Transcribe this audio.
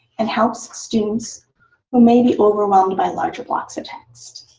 and helps students who may be overwhelmed by larger blocks of text.